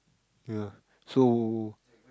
uh so